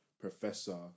professor